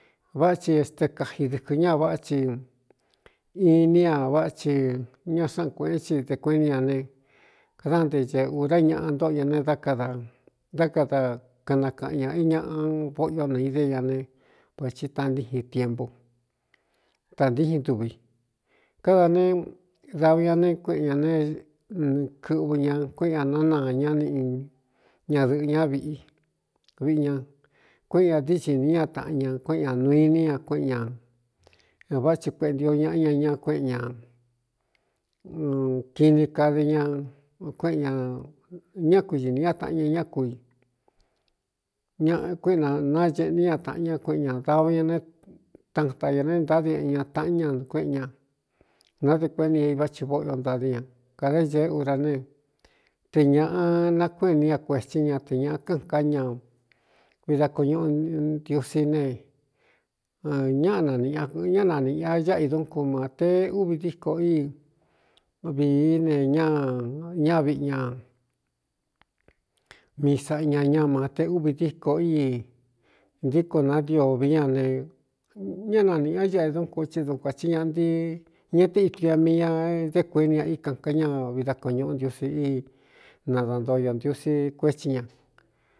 Váꞌa thi este kaji dɨkɨ ñaa váꞌa chi in ní ña váꞌa chi ña xáꞌan kuēꞌén chi de kueni ña ne kadánte ce ūra ñaꞌa ntóꞌo ña ne dá kada dá kada kaꞌnakaꞌan ñā iñaꞌa vóꞌyo na i dé ña ne vāci tantíjin tiempu tāntíjin ntuvi káda ne dava ña ne kueꞌen ñā ne kɨꞌvɨ ña kuéꞌen ña nánaañá niꞌ ñadɨ̄ꞌɨ̄ ña viꞌi viꞌi ña kuéꞌen ña ntíí xi nī ña taꞌan ña kuéꞌen ñā nuu iní ña kuéꞌen ñā a váꞌ thi kueꞌentio ñaꞌa ña ña kuéꞌen ñā kini kade ña kueꞌen ñā ñá kui ī nī ñá taꞌan ña ñá ku i ña kuéꞌen nā naeꞌní ña tāꞌan ñá kueꞌen ñā dāva ña ne tanta ña ne é ntaá di ꞌn ña taꞌan ña kuéꞌen ña nade kuéni ña i vá chi vóꞌyo ntadí ña kada ñee ura ne te ñāꞌa nakuéꞌe ní ña kuēthí ña te ñāꞌ káan ka ña vii da koñuꞌu ntiusí ne ñáꞌ nanꞌa ꞌñá nanīꞌ a áꞌa i dún kun ma te úvi díkō ii viíne ñá ña viꞌi ñā mii saꞌa ña ña mā te úvi díkō ii ntíko natio vi ña ne ñá nanīꞌ a áꞌa i dún kun ti du kuān tí ña ntii ña teítu ña mii ña dé kueni ña íkān ká ña vi da ko ñuꞌu ntiusi íi nadantoño ntiusí kuétsí ña.